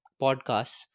podcasts